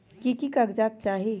की की कागज़ात चाही?